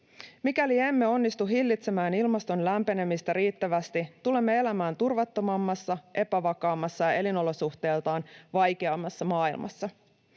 Mikäli emme onnistu hillitsemään ilmaston lämpenemistä riittävästi, tulemme elämään turvattomammassa, epävakaammassa ja elinolosuhteiltaan vaikeammassa maailmassa.